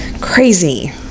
crazy